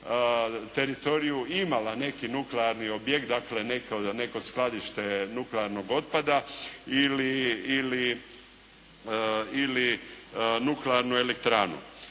teritoriju imala neki nuklearni objekt, dakle neko skladište nuklearnog otpada ili nuklearnu elektranu.